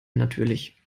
natürlich